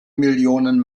millionen